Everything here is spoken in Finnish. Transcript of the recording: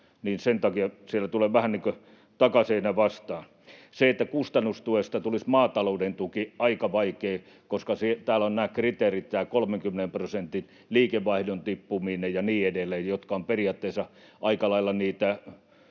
niin sen takia siellä tulee vähän niin kuin takaseinä vastaan. Se, että kustannustuesta tulisi maatalouden tuki — aika vaikeaa, koska täällä on nämä kriteerit, tämä 30 prosentin liikevaihdon tippuminen ja niin edelleen, jotka ovat periaatteessa aika lailla niitä